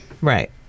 Right